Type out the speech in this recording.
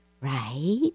right